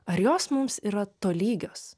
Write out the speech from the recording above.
ar jos mums yra tolygios